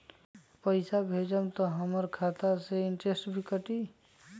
पैसा भेजम त हमर खाता से इनटेशट भी कटी?